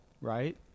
right